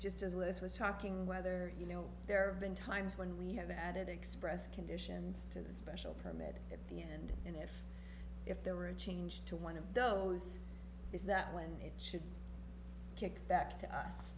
just as liz was talking whether you know there been times when we had the added express conditions to the special permit at the end and if if there were a change to one of those is that when it should kick back to us